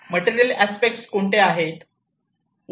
material aspect कोणते आहेत